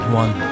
one